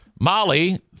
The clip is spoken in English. Molly